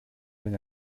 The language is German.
wenn